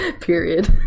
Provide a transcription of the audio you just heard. Period